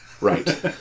Right